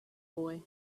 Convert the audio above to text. boy